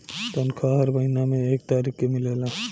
तनखाह हर महीना में एक तारीख के मिलेला